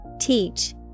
Teach